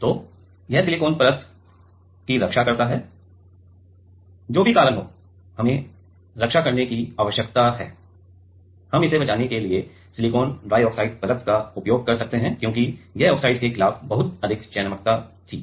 तो यह सिलिकॉन परत की रक्षा कर सकता है कि जो भी कारण हो हमें रक्षा करने की आवश्यकता है हम इसे बचाने के लिए सिलिकॉन डाइऑक्साइड परत का उपयोग कर सकते हैं क्योंकि यह ऑक्साइड के खिलाफ बहुत अच्छी चयनात्मकता थी